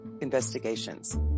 investigations